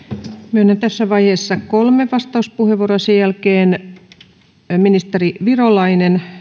myönnän tässä vaiheessa kolme vastauspuheenvuoroa ja sen jälkeen ministeri virolainen